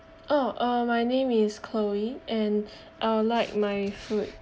oh uh my name is chloe and I'd like my food